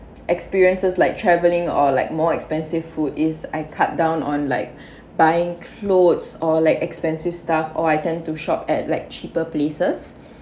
experiences like travelling or like more expensive food is I cut down on like buying clothes or like expensive stuff or I tend to shop at like cheaper places